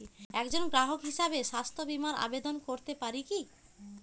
একজন গ্রাহক হিসাবে স্বাস্থ্য বিমার আবেদন করতে পারি কি?